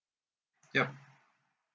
ya